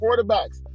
quarterbacks